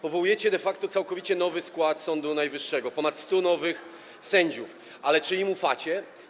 Powołujecie de facto całkowicie nowy skład Sądu Najwyższego, ponad 100 nowych sędziów, ale czy im ufacie?